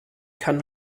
kann